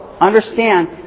Understand